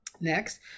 Next